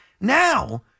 Now